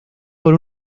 con